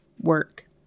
work